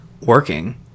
working